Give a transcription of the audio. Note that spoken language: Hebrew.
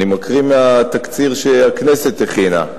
אני מקריא מהתקציר שהכנסת הכינה.